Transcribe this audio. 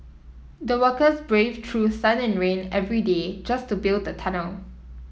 the workers braved through sun and rain every day just to build the tunnel